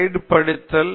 slide படித்தல்